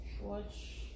watch